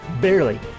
barely